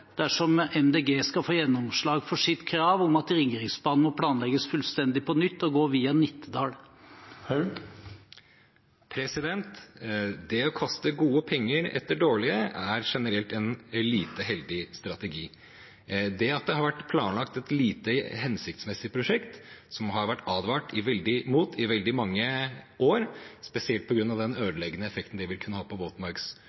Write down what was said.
dersom Miljøpartiet De Grønne får gjennomslag for sitt krav om at Ringeriksbanen må planlegges fullstendig på nytt og gå via Nittedal? Det å kaste gode penger etter dårlige er generelt en lite heldig strategi. At det har vært planlagt et lite hensiktsmessig prosjekt som det har vært advart mot i veldig mange år, spesielt på grunn av den